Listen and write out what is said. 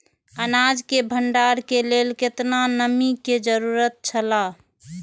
अनाज के भण्डार के लेल केतना नमि के जरूरत छला?